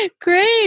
Great